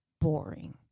boring